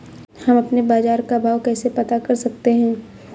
हम अपने बाजार का भाव कैसे पता कर सकते है?